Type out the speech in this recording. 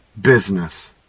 business